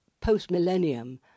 post-millennium